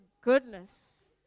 goodness